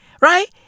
right